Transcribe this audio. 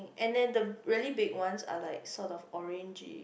and then the really big ones are like sort of orangey